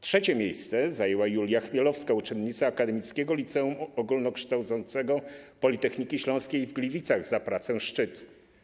Trzecie miejsce zajęła Julia Chmielowska - uczennica Akademickiego Liceum Ogólnokształcącego Politechniki Śląskiej w Gliwicach za pracę pt. ˝Szczyt˝